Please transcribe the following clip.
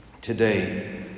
today